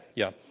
yeah.